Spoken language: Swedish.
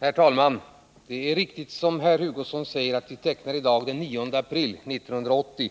Herr talman! Det är riktigt som herr Hugosson säger att vi i dag tecknar den 9 april 1980 — det